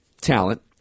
talent